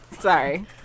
sorry